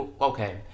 okay